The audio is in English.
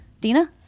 Dina